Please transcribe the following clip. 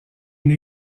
une